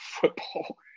football